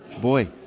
Boy